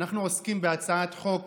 אנחנו עוסקים בהצעת חוק